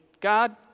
God